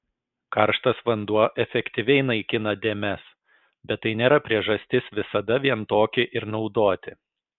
karštas vanduo efektyviai naikina dėmes bet tai nėra priežastis visada vien tokį ir naudoti